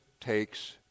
takes